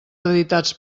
editats